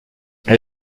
elle